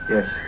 Yes